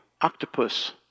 octopus